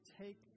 take